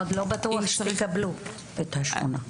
עוד לא בטוח שתקבלו את שמונת התקנים האלה.